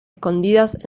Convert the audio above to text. escondidas